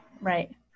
Right